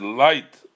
light